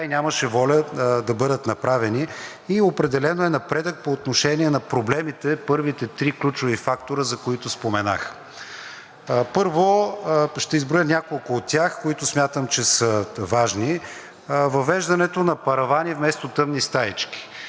и нямаше воля да бъдат направени, и определено е напредък по отношение на проблемите – първите три ключови фактора, за които споменах. Първо, ще изброя няколко от тях, които смятам, че са важни. Въвеждането на паравани, вместо тъмни стаички.